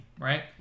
right